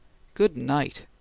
good-night!